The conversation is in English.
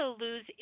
lose